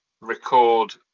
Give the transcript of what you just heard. record